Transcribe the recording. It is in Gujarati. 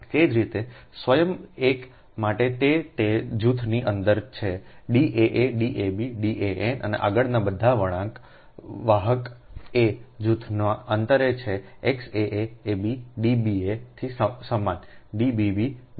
તે જ રીતે સ્વયં એક માટે તે તે જૂથની અંદર છે D aa D ab D an અને આગળનાબધાવાહકa જૂથમાં અંતર છે X aa ab Dba થી સમાન Dbb